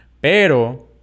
Pero